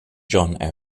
john